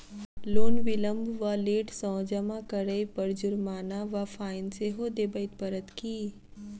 Loan विलंब वा late सँ जमा करै पर जुर्माना वा फाइन सेहो देबै पड़त की?